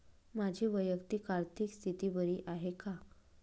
माझी वैयक्तिक आर्थिक स्थिती बरी आहे का?